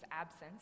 absence